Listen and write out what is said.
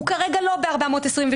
הוא כרגע לא ב-428.